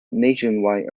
nationwide